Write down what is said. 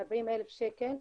40,000 שקל,